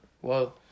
Whoa